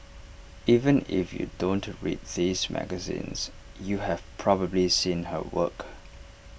even if you don't read these magazines you have probably seen her work